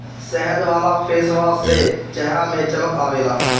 शहद वाला फेसवाश से चेहरा में चमक आवेला